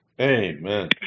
amen